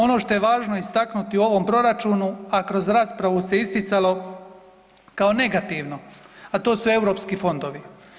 Ono što je važno istaknuti u ovom proračunu, a kroz raspravu se isticalo kao negativno, a to su europski fondovi.